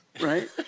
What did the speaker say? right